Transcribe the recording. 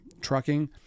trucking